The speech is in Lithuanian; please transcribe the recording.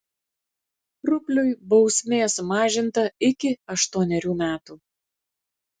rupliui bausmė sumažinta iki aštuonerių metų